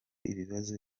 ibibazo